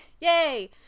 Yay